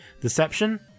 Deception